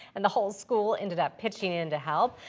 and the whole school ended up pitching in to help.